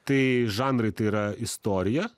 tai žanrai tai yra istorija